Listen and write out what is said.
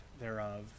thereof